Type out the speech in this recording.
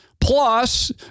plus